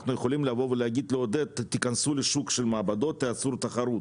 אנחנו יכולים לבוא ולעודד שייכנסו לשוק של המעבדות ותעשו תחרות,